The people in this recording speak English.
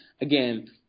Again